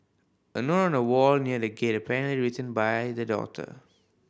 a note on a wall near the gate apparently written by the daughter